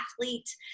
athlete